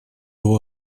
его